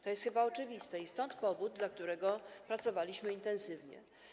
To jest chyba oczywiste i stąd powód, dla którego pracowaliśmy intensywnie.